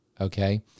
okay